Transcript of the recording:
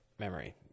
memory